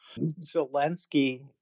Zelensky